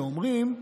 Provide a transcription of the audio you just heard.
ואומרים: